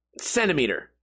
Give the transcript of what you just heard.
centimeter